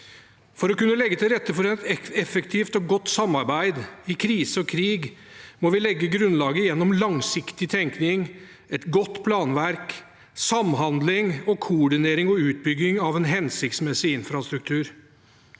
For å kunne legge til rette for et effektivt og godt samarbeid i krise og krig må vi legge grunnlaget gjennom langsiktig tenkning, et godt planverk, samhandling, koordinering og utbygging av en hensiktsmessig infrastruktur.